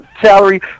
salary